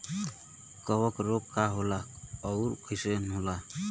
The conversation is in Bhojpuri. कवक रोग का होला अउर कईसन होला?